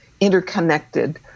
interconnected